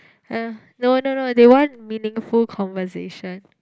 !huh! no no no they want meaningful conversation